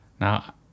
Now